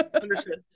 Understood